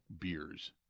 beers